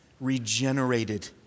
regenerated